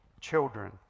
children